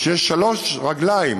יש שלוש רגליים